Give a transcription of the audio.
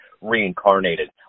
reincarnated